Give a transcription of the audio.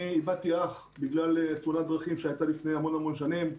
אני איבדתי אח בגלל תאונת דרכים שהייתה לפני המון שנים.